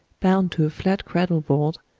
bound to a flat cradle-board,